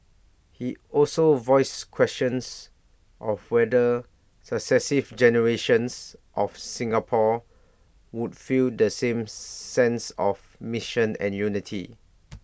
he also voiced questions of whether successive generations of Singapore would feel the same sense of mission and unity